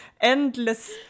Endless